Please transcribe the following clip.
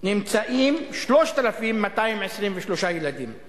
ויש 3,223 ילדים ללא מסגרת.